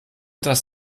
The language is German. dass